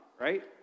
right